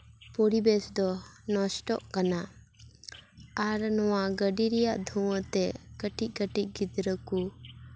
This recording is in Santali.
ᱯᱚᱨᱤᱵᱮᱥ ᱫᱚ ᱱᱚᱥᱴᱚᱜ ᱠᱟᱱᱟ ᱟᱨ ᱱᱚᱣᱟ ᱜᱟᱹᱰᱤ ᱨᱮᱭᱟᱜ ᱫᱷᱩᱣᱟᱹ ᱛᱮ ᱠᱟᱹᱴᱤᱡ ᱠᱟᱹᱴᱤᱡ ᱜᱤᱫᱽᱨᱟᱹ ᱠᱚ